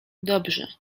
dobrze